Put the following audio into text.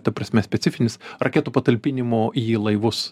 ta prasme specifinis raketų patalpinimo į laivus